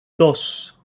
dos